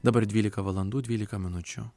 dabar dvylika valandų dvylika minučių